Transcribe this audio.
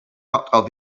out